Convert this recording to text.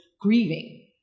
grieving